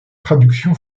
traduction